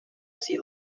sea